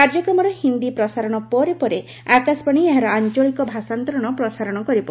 କାର୍ଯ୍ୟକ୍ରମର ହିନ୍ଦୀ ପ୍ରସାରଣ ପରେ ପରେ ଆକାଶବାଣୀ ଏହାର ଆଞ୍ଚଳିକ ଭାଷାନ୍ତରଣର ପ୍ରସାରଣ କରିବ